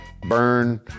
burn